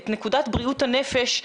את נקודת בריאות הנפש,